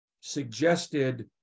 suggested